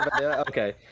Okay